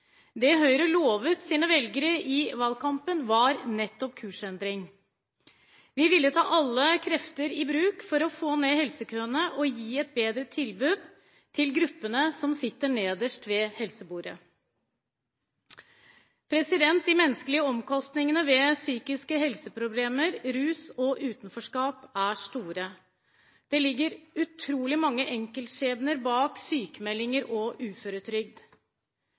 Det Høyre lovet sine velgere i valgkampen, var nettopp kursendring. Vi ville ta alle krefter i bruk for å få ned helsekøene og gi et bedre tilbud til gruppene som sitter nederst ved helsebordet. De menneskelige omkostningene ved psykiske helseproblemer, rus og utenforskap er store. Det ligger utrolig mange enkeltskjebner bak sykmeldinger og uføretrygd.